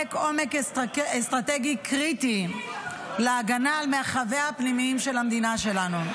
מספק עומק אסטרטגי קריטי להגנה על מרחביה הפנימיים של המדינה שלנו.